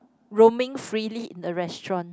roaming freely in the restaurant